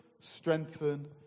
strengthen